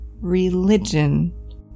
religion